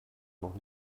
noch